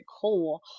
cool